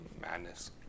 madness